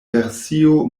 versio